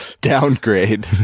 Downgrade